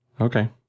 Okay